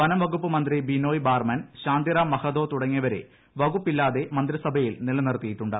വനം വകുപ്പ് മന്ത്രി ബിനോയ് ബാർമൻ ശാന്തിറാം മഹതോ തുടങ്ങിയവരെ വകുപ്പുകളില്ലാതെ മന്ത്രിസഭയിൽ നിലനിറുത്തിയിട്ടുണ്ട്